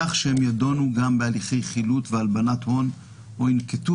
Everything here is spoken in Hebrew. כך שהם ידונו גם בהליכי חילוט ובהלבנת הון או ינקטו